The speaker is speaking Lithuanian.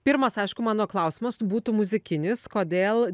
pirmas aišku mano klausimas būtų muzikinis kodėl